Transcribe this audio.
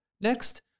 Next